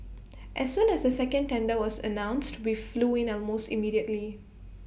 as soon as the second tender was announced we flew in almost immediately